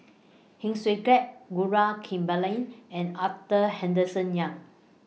Heng Swee Keat Gaurav Kripalani and Arthur Henderson Young